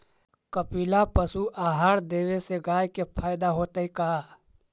कपिला पशु आहार देवे से गाय के फायदा होतै का?